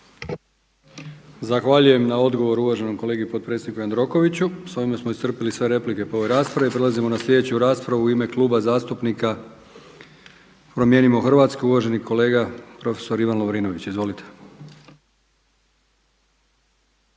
Zahvaljujem na odgovoru uvaženom kolegi, potpredsjedniku Jandrokoviću. S ovime smo iscrpili sve replike po ovoj raspravi. Prelazimo na sljedeću raspravu. U ime Kluba zastupnika Promijenimo Hrvatsku uvaženi kolega profesor Ivan Lovrinović. Izvolite.